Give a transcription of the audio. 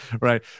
right